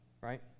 Right